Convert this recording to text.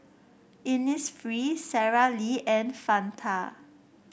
Innisfree Sara Lee and Fanta